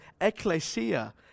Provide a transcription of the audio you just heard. ecclesia